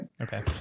Okay